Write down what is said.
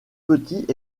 petits